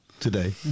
today